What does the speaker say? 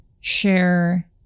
share